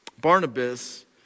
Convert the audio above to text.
Barnabas